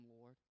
Lord